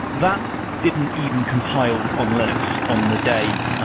that didn't even compile on linux on the day